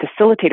facilitator